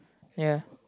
ya